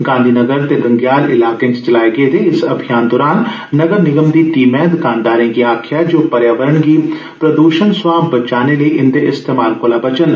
गांधीनगर ते गंगेयाल इलाके च चलाए गेदे इस अभियान दौरान नगर निगम दी टीमै दकानदारे गी आक्खेआ जे ओह पर्यावरण गी प्रदूषण सवा बचाने लेई एहदे इस्तमाल कोला वचन